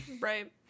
Right